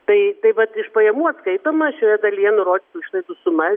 tai tai vat iš pajamų atskaitoma šioje dalyje nurodytų išlaidų suma